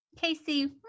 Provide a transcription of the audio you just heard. Casey